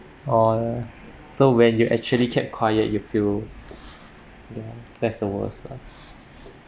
all right so when you actually kept quiet you feel ya that's the worst lah